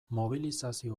mobilizazio